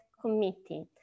Committee